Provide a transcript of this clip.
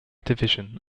division